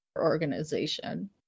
organization